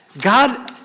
God